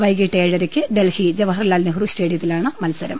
വൈകിട്ട് ഏഴരയ്ക്ക് ഡൽഹി ജവ്ഹർലാൽ നെഹ്റു സ്റ്റേഡിയത്തിലാണ് മത്സരം